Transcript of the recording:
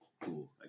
Cool